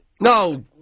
No